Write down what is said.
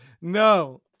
No